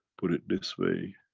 put it this way,